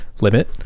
limit